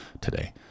today